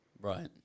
Right